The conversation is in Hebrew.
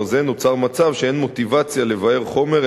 זה נוצר מצב שאין מוטיבציה לבער חומר,